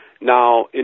Now